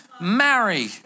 Marry